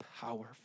powerful